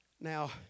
Now